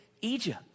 Egypt